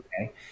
Okay